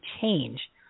change